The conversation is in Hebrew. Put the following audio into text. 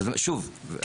שוב,